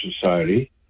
Society